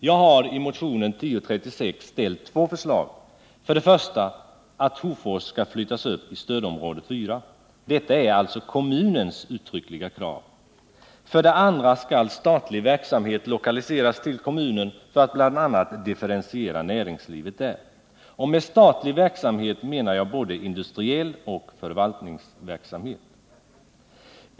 Jag har i motionen 1036 lagt fram två förslag. För det första skall Hofors flyttas upp i stödområde 4. Detta är kommunens uttryckliga krav. För det andra skall statlig verksamhet lokaliseras till kommunen för att bl.a. differentiera näringslivet där. Med statlig verksamhet menar jag både industriell verksamhet och förvaltningsverksamhet.